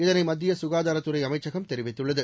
இதனை மத்திய சுகாதாரத்துறை அமைச்சகம் தெரிவித்துள்ளது